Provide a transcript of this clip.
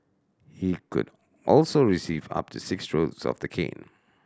he could also receive up to six strokes of the cane